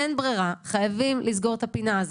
אין ברירה וחייבים לסגור את הפינה הזאת,